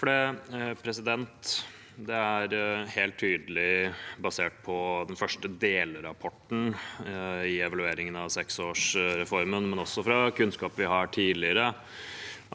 Det er helt tydelig, basert på den første delrapporten i evalueringen av seksårsreformen, men også fra kunnskap vi har tidligere,